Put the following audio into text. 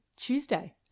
Tuesday